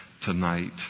tonight